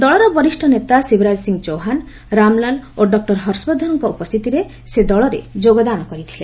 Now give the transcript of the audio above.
ଦଳର ବରିଷ୍ଣ ନେତା ଶିବରାଜ ସିଂ ଚୌହ୍ୱାନ ରାମଲାଲ ଓ ଡକ୍ଟର ହର୍ଷବର୍ଦ୍ଧନଙ୍କ ଉପସ୍ଥିତିରେ ସେ ଦଳରେ ଯୋଗଦାନ କରିଥିଲେ